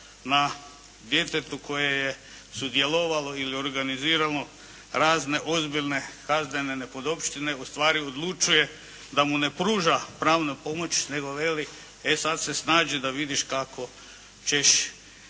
na djetetu koje je sudjelovalo ili organizirano razne ozbiljne kaznene nepodopštine ustvari odlučuje da mu ne pruža pravnu pomoć nego veli e sad se snađi da vidiš kako ćeš